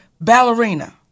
ballerina